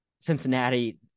Cincinnati